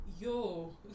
Yo